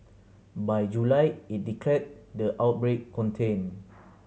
by July it declared the outbreak contained